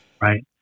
right